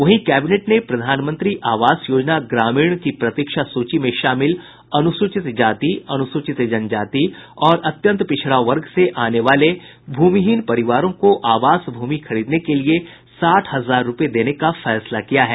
वहीं कैबिनेट ने प्रधानमंत्री आवास योजना ग्रामीण की प्रतीक्षा सूची में शामिल अनुसूचित जाति अनुसूचित जनजाति और अत्यंत पिछड़ा वर्ग से आने वाले भूमिहीन परिवारों को आवास भूमि खरीदने के लिए साठ हजार रूपये देने का फैसला किया है